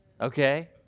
okay